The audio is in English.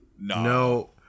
no